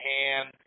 hand